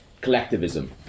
collectivism